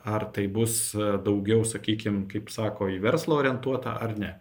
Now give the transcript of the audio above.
ar tai bus daugiau sakykim kaip sako į verslą orientuota ar ne